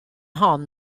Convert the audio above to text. hon